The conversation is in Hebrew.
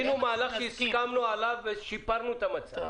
עשינו מהלך שהסכמנו עליו ושיפרנו את המצב.